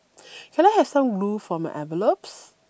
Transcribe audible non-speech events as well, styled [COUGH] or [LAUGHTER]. [NOISE] can I have some glue for my envelopes